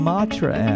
Matra